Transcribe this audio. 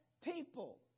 people